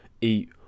eat